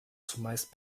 zumeist